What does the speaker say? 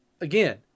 Again